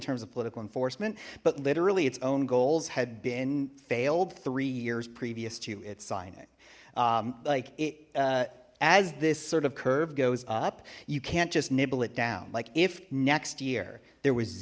terms of political enforcement but literally its own goals had been failed three years previous to its signing like as this sort of curve goes up you can't just nibble it down like if next year there was